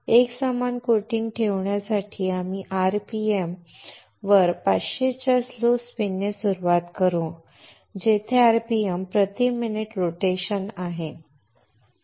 एकसमान कोटिंग ठेवण्यासाठी आम्ही rpm वर 500 च्या स्लो स्पिनने सुरुवात करू जिथे rpm प्रति मिनिट रोटेशन आहे